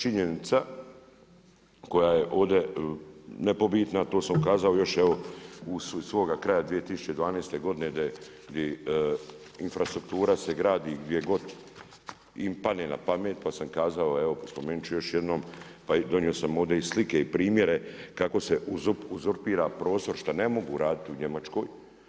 Činjenica koja je ovdje nepobitna a to sam ukazao još evo iz svoga kraja 2012. godine gdje infrastruktura se gradi gdje god im padne na pamet pa sam kazao, evo spomenuti ću još jednom, pa donio sam ovdje i slike i primjere kako se uzorpira prostor što ne mogu raditi u Njemačkoj.